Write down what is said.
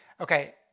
Okay